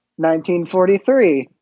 1943